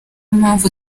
mpamvu